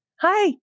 Hi